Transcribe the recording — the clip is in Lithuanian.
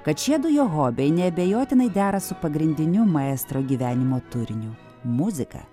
kad šiedu jo hobiai neabejotinai dera su pagrindiniu maestro gyvenimo turiniu muzika